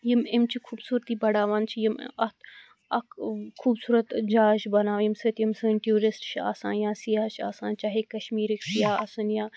یِم امہِ چہِ خُوبصورتِی بڑاوان چھِ یِم اَتھ اَکھ خُوبصُورَت جاے چھِ بناوان ییٚمہِ سٟتۍ یِم سٲنۍ ٹیٚورِسٹ چھِ آسان یا یِم سِیاح چھِ آسان چاہے کَشمِیٖرٕکۍ سِیاح آسَن یا